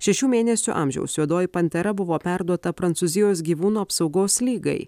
šešių mėnesių amžiaus juodoji pantera buvo perduota prancūzijos gyvūnų apsaugos lygai